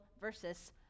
versus